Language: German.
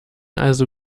also